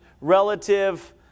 relative